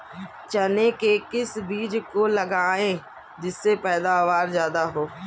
चने के किस बीज को लगाएँ जिससे पैदावार ज्यादा हो?